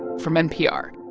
from npr.